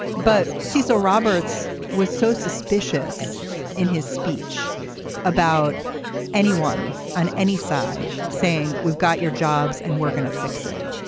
but cecil roberts was so suspicious in his speech about anyone on any side saying we've got your jobs and we're going to fix it.